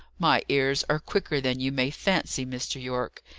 my ears are quicker than you may fancy, mr. yorke.